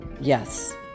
Yes